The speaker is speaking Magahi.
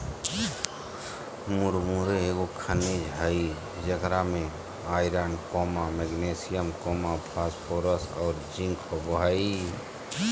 मुरमुरे एगो खनिज हइ जेकरा में आयरन, मैग्नीशियम, फास्फोरस और जिंक होबो हइ